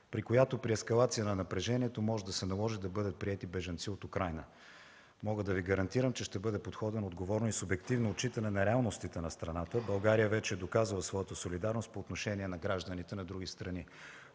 при която при ескалация на напрежението може да се наложи да бъдат приети бежанци от Украйна. Мога да Ви гарантирам, че ще бъде подходено отговорно и с обективно отчитане на реалностите на страната. България вече е доказала своята солидарност по отношение на гражданите на други страни.